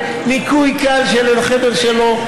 ניקוי קל של החדר שלו,